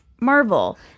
Marvel